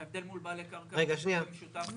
ההבדל בין מול בעלי קרקע במבנה משותף.